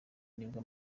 nibwo